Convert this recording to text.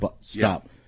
stop